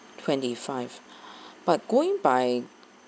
twenty five but going by